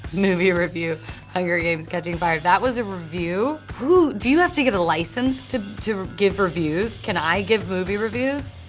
movie review hunger games catching fire. that was a review? do you have to get a license to to give reviews? can i give movie reviews?